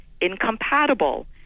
incompatible